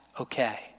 okay